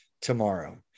tomorrow